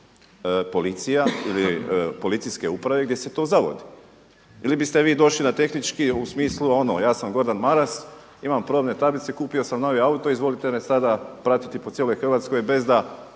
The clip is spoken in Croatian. policija ili policijske uprave gdje se to zavodi. Ili biste vi došli na tehnički u smislu ono ja sam Gordan Maras, imam probne tablice, kupio sam novi auto, izvolite me sada pratiti po cijeloj Hrvatskoj bez da